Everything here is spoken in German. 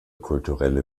kulturelle